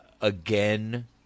again